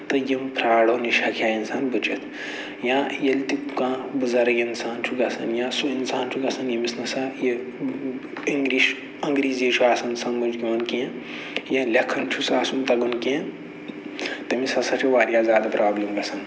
تہٕ یِم فرٛاڈَو نِش ہٮ۪کہِ ہے اِنسان بٔچِتھ یا ییٚلہِ تہِ کانٛہہ بزرگ اِنسان چھُ گژھان یا سُہ اِنسان چھُ گژھان ییٚمِس نہ سا یہِ انگلِش انگریٖزی چھِ آسان سمجھ یِوان کیٚنہہ یا لیٚکھُن چھُس آسان تَگُن کیٚنہہ تٔمِس ہسا چھِ واریاہ زیادٕ پرابلِم گژھان